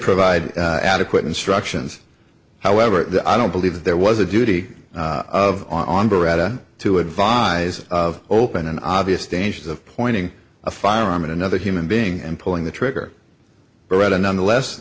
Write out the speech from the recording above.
provide adequate instructions however i don't believe that there was a duty of on beretta to advise of open an obvious dangers of pointing a firearm at another human being and pulling the trigger beretta nonetheless